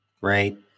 right